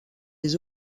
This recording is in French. les